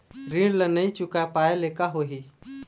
ऋण ला नई चुका पाय ले का होही?